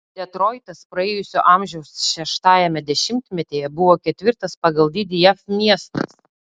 detroitas praėjusio amžiaus šeštajame dešimtmetyje buvo ketvirtas pagal dydį jav miestas